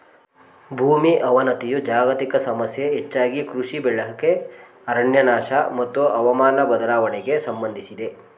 ಭೂಮಿ ಅವನತಿಯು ಜಾಗತಿಕ ಸಮಸ್ಯೆ ಹೆಚ್ಚಾಗಿ ಕೃಷಿ ಬಳಕೆ ಅರಣ್ಯನಾಶ ಮತ್ತು ಹವಾಮಾನ ಬದಲಾವಣೆಗೆ ಸಂಬಂಧಿಸಿದೆ